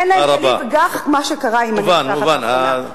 אין להם כלים, וכך מה שקרה עם הנרצחת האחרונה.